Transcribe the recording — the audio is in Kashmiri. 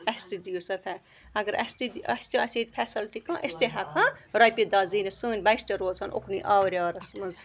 اَسہِ تہِ دِیِو سا اَگر اَسہِ تہِ اَسہِ تہِ آسہِ ییٚتہِ فٮ۪سَلٹی کانٛہہ أسۍ تہِ ہٮ۪کہٕ ہو رۄپیہِ دہ زیٖنِتھ سٲنۍ بَچہٕ تہِ روزہَن اُکنُے آوریٛارَس منٛز